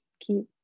keep